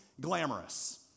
glamorous